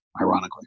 ironically